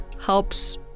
helps